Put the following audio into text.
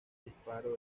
disparo